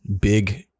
big